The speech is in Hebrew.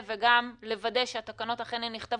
ולכן צריך יהיה פה במודל המדינות הירוקות גם לאפשר,